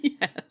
Yes